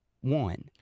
one